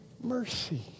mercy